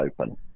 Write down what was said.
open